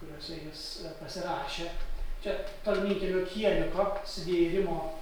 kuriuose jis pasirašė pasirašė čia tolminkiemio kieliko svėrimo